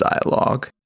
dialogue